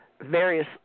various